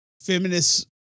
feminist